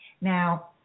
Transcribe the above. Now